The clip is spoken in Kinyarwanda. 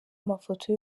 amafoto